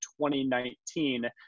2019